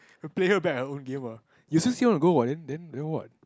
play her back her own game ah you also say want to go what then then then what